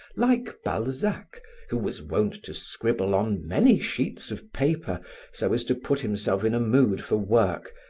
like balzac who was wont to scribble on many sheets of paper so as to put himself in a mood for work,